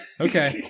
Okay